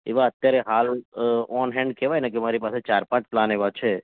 એવાં અત્યારે હાલ ઓન હેન્ડ કહેવાયને કે મારી પાસે ચાર પાંચ પ્લાન એવાં છે